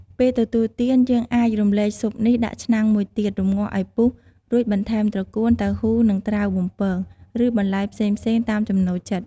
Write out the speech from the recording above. ពេលទទួលទាន យើងអាចរំលែកស៊ុបនេះដាក់ឆ្នាំងមួយទៀត រំងាស់ឱ្យពុះ រួចបន្ថែមត្រកួន តៅហ៊ូ និង ត្រាវបំពង ឬ បន្លែផ្សេងៗតាមចំណូលចិត្ត។